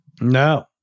No